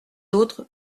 autres